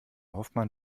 hoffmann